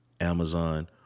Amazon